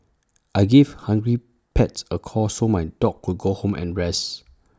I gave hungry pets A call so my dog could go home and rest